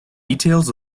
details